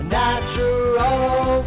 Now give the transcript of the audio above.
natural